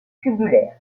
tubulaire